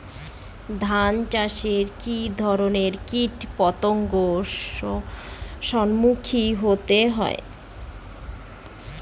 ধান চাষে কী ধরনের কীট পতঙ্গের সম্মুখীন হতে হয়?